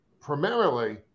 primarily